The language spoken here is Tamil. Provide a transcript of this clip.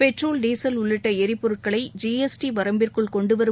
பெட்ரோல் டீசல் உள்ளிட்ட எரிபொருட்களை ஜி எஸ் டி வரம்பிற்குள் கொண்டுவரும்